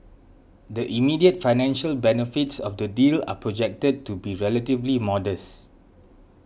the immediate financial benefits of the deal are projected to be relatively modest